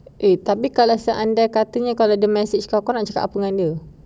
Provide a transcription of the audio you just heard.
eh tapi seandai kata kalau dia message kau kau orang nak cakap apa dengan dia